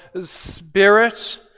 spirit